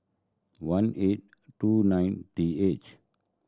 one eight two nine T H